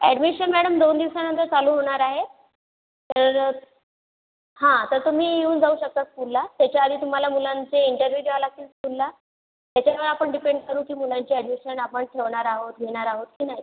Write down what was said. admission madam दोन दिवसानंतर चालू होणार आहे तर हा तर तुम्ही येऊन जाऊ शकता स्कूलला त्याच्या आधी तुम्हाला मुलांचे इंटरव्ह्यू द्यावे लागतील स्कूलला त्याच्यावर आपण डिपेंड करू की मुलांची ॲडमिशन आपण ठेवणार आहोत घेणार आहोत की नाही